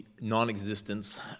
non-existence